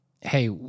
hey